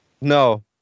No